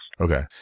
okay